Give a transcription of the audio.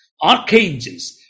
Archangels